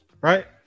Right